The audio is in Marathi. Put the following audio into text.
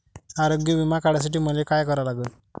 आरोग्य बिमा काढासाठी मले काय करा लागन?